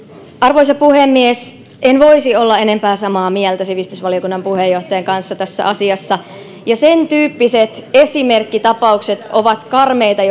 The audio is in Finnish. arvoisa puhemies en voisi olla enempää samaa mieltä sivistysvaliokunnan puheenjohtajan kanssa tässä asiassa ja sen tyyppiset esimerkkitapaukset ovat karmeita